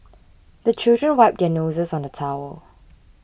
the children wipe their noses on the towel